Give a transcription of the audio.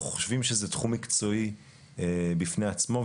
אנחנו חושבים שזה תחום מקצועי בפני עצמו,